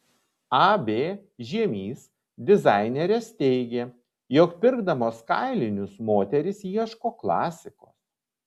ab žiemys dizainerės teigė jog pirkdamos kailinius moterys ieško klasikos